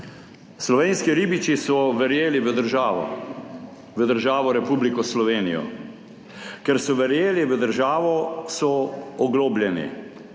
Slovenski ribiči so verjeli v državo, v državo Republiko Slovenijo. Ker so verjeli v državo, so oglobljeni.